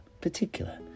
particular